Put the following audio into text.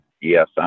yes